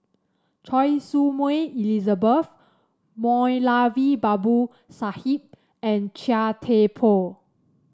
Choy Su Moi Elizabeth Moulavi Babu Sahib and Chia Thye Poh